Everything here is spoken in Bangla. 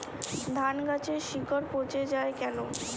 ধানগাছের শিকড় পচে য়ায় কেন?